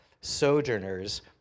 sojourners